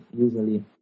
usually